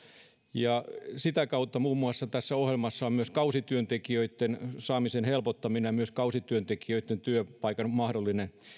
ja sitä varten muun muassa tässä ohjelmassa on myös kausityöntekijöitten saamisen helpottaminen myös kausityöntekijöitten työpaikan mahdollinen